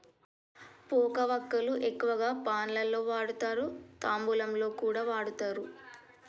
పోక వక్కలు ఎక్కువగా పాన్ లలో వాడుతారు, తాంబూలంలో కూడా వాడుతారు